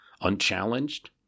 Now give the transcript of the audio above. unchallenged